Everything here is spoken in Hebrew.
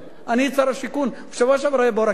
שר השיכון בשבוע שעבר היה באור-עקיבא,